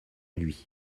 lui